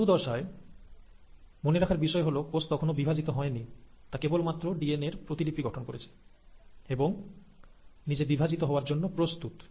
G two দশায় মনে রাখার বিষয় হল কোষ তখনো বিভাজিত হয়নি তা কেবল মাত্র ডিএনএর প্রতিলিপি গঠন করেছে এবং নিজে বিভাজিত হওয়ার জন্য প্রস্তুত